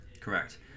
correct